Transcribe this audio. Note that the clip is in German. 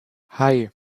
hei